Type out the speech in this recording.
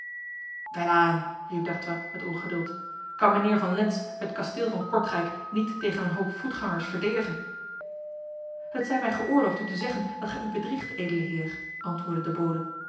welaan spreek riep d'artois met ongeduld kan mijnheer van lens het kasteel van kortrijk niet tegen een hoop voetgangers verdedigen het zij mij geoorloofd u te zeggen dat gij u bedriegt edele heer antwoordde de bode